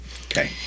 Okay